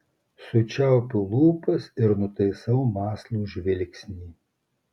sučiaupiu lūpas ir nutaisau mąslų žvilgsnį